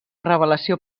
revelació